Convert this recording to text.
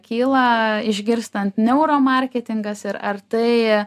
kyla išgirstan neuro marketingas ir ar tai